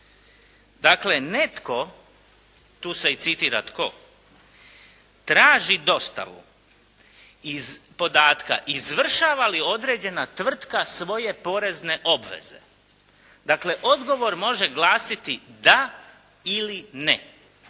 Dakle netko, tu se i citira tko, traži dostavu iz podatka izvršava li određena tvrtka svoje porezne obveze. Dakle, odgovor može glasiti da ili ne,